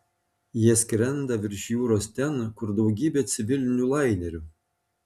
jie skrenda virš jūros ten kur daugybė civilinių lainerių